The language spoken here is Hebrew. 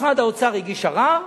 ומשרד האוצר הגיש ערר,